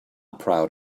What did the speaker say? proud